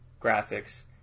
graphics